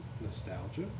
nostalgia